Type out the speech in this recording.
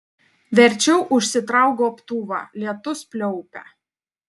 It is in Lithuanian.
verčiau užsitrauk gobtuvą lietus pliaupia